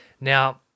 Now